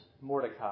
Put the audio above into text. Mordecai